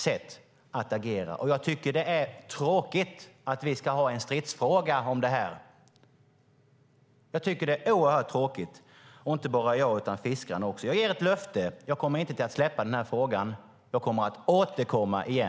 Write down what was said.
Jag tycker att det är oerhört tråkigt att vi ska ha en stridsfråga om det här - och inte bara jag, utan fiskarna också. Jag ger ett löfte: Jag kommer inte att släppa den här frågan. Jag återkommer!